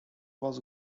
was